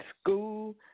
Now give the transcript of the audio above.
school